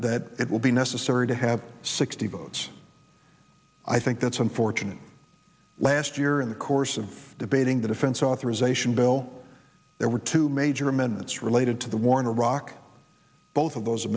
that it will be necessary to have sixty votes i think that's unfortunate last year in the course of debating the defense authorization bill there were two major amendments related to the war in iraq both of those